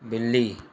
ॿिली